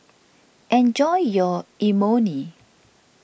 enjoy your Imoni